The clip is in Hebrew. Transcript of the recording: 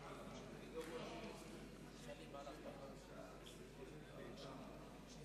הצעת הסיכום שהביא חבר הכנסת יואל